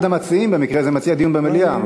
אחד המציעים במקרה הזה מציע דיון במליאה.